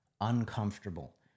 uncomfortable